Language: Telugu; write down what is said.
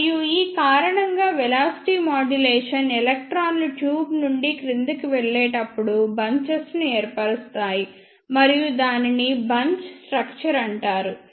మరియు ఈ కారణంగా వెలాసిటీ మాడ్యులేషన్ ఎలక్ట్రాన్లు ట్యూబ్ నుండి క్రిందికి వెళ్ళేటప్పుడు బంచెస్ ను ఏర్పరుస్తాయి మరియు దానిని బంచ్ నిర్మాణం అంటారు